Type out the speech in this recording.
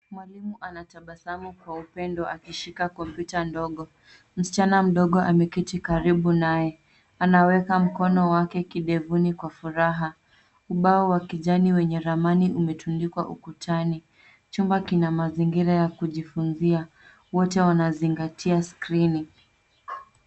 Mwalimu anatabasamu kwa upendo akishika komputa ndogo. Msichana mdogo ameketi karibu naye anaweka mkono wake kidevuni kwa furaha. Ubao wa kijani wenye ramani umetundikwa ukutani. Chumba kina mazingira ya kujifunzia. Wote wanazingatia skrini.